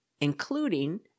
including